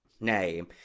name